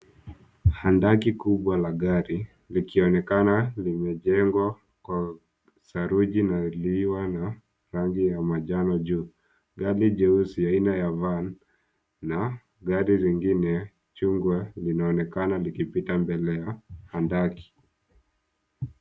Handaki kubwa la gari likionekana limejengwa kwa saruji na lililo na rangi ya manjano juu. Gari jeusi aina ya van na gari jingine chungwa linaonekana likipita mbele ya handaki.